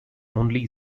only